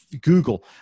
Google